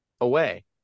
away